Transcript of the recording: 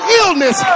illness